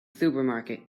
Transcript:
supermarket